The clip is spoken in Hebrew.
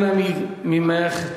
אנא ממך,